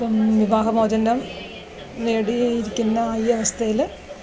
ഇപ്പം വിവാഹമോചനം നേടിയിരിക്കുന്ന ഈ അവസ്ഥയിൽ